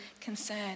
concern